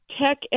tech